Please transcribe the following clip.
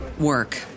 work